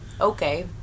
Okay